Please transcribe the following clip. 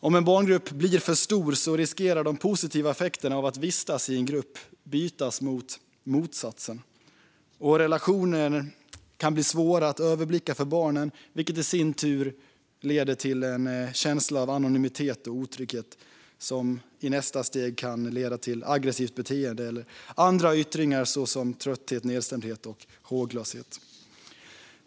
Om en barngrupp blir för stor riskerar de positiva effekterna av att vistas i en grupp att bytas till sin motsats. Relationer kan bli svåra att överblicka för barnen, vilket i sin tur kan leda till en känsla av anonymitet och otrygghet, vilket i nästa steg kan leda till aggressivt beteende eller andra yttringar såsom trötthet, nedstämdhet och håglöshet.